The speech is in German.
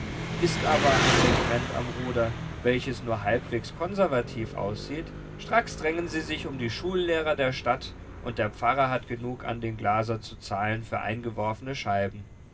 ist aber ein regiment am ruder welches nur halbwegs konservativ aussieht stracks drängen sie sich um die schullehrer der stadt und der pfarrer hat genug an den glaser zu zahlen für eingeworfene scheiben